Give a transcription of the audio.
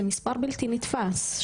זה מספר בלתי נתפס,